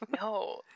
no